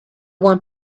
want